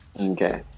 Okay